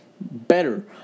better